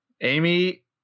Amy